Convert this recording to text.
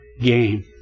game